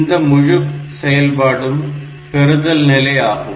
இந்த முழு செயல்பாடும் பெறுதல்நிலை ஆகும்